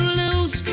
lose